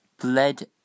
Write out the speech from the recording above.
bled